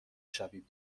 شوید